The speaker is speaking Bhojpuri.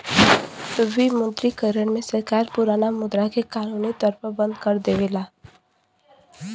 विमुद्रीकरण में सरकार पुराना मुद्रा के कानूनी तौर पर बंद कर देवला